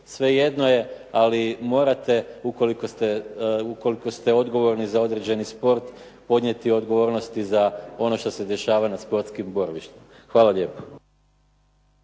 Svejedno je, ali morate ukoliko ste odgovorni za određeni sport, podnijeti odgovornosti za ono što se dešava na sportskim borilištima. Hvala lijepo.